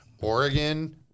Oregon